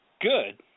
Good